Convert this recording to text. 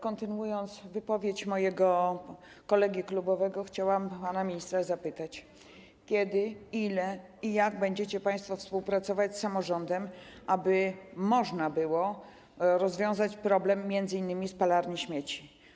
Kontynuując wypowiedź mojego kolegi klubowego, chciałam zapytać pana ministra, kiedy, w jakim stopniu i jak będziecie państwo współpracować z samorządem, aby można było rozwiązać problem m.in. spalarni śmieci.